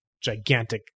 gigantic